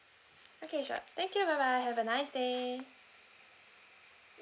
okay sure thank you bye bye have a nice day